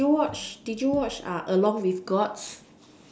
did you watch did you watch uh along with gods